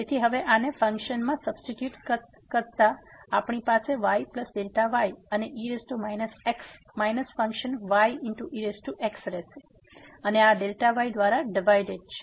તેથી હવે આને ફંક્શનમાં સબસ્ટીટ્યુટ કરતા તેથી આપણી પાસે yy અને e x minus function y ex છે અને આ Δ y દ્વારા ડિવાઈડેડ છે